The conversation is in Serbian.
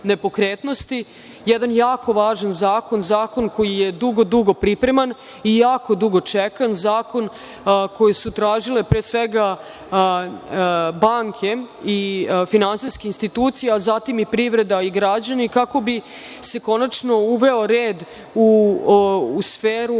jedan jako važan zakon, zakon koji je dugo, dugo pripreman i jako dugo čekan, zakon koji su tražile pre svega banke i finansijske institucije, a zatim i privreda i građani, kako bi se konačno uveo red u sferu